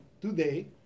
today